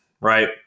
right